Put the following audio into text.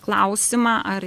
klausimą ar